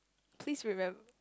please remem~